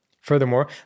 Furthermore